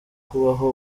kubaho